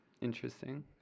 Interesting